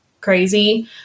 crazy